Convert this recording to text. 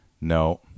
No